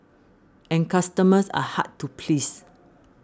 and customers are hard to please